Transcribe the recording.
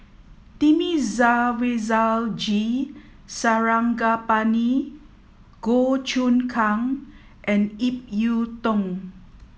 Thamizhavel G Sarangapani Goh Choon Kang and Ip Yiu Tung